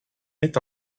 est